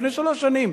לפני שלוש שנים,